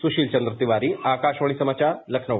सुशील चन्द्र तिवारी आकाशवाणी समाचार लखनऊ